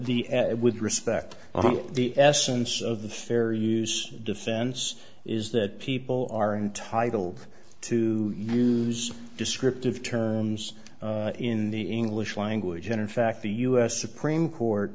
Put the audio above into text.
the with respect to the essence of the fair use defense is that people are entitled to use descriptive terms in the english language and in fact the u s supreme court